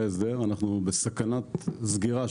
ההסדר אנחנו בשנה האחרונה נמצאים בסכנת סגירה,